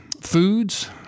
foods